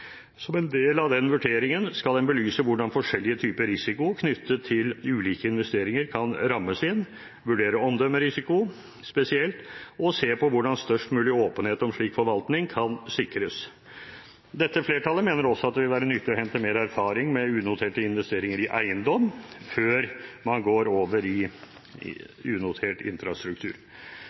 Som en del av den vurderingen skal en belyse hvordan forskjellige typer risiko knyttet til ulike investeringer kan rammes inn, vurdere omdømmerisiko spesielt og se på hvordan størst mulig åpenhet om slik forvaltning kan sikres. Dette flertallet mener også at det vil være nyttig å hente mer erfaring med unoterte investeringer i eiendom før man går over i unotert infrastruktur.